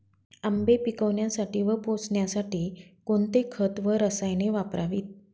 आंबे पिकवण्यासाठी व पोसण्यासाठी कोणते खत व रसायने वापरावीत?